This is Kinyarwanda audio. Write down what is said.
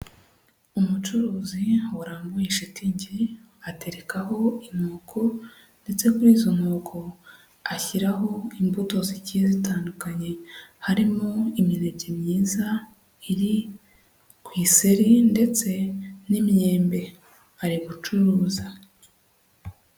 Umucuruzi warambuye shitingi aterekaho inkoko ndetse kuri izo nkoko ashyiraho imbuto zigiye zitandukanye, harimo imineke myiza iri ku iseri ndetse n'inyembe ari gucuruza.